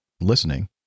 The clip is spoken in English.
listening